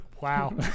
wow